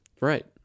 Right